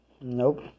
Nope